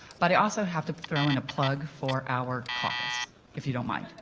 but i also have to throw in a plug for our caucus if you don't mind.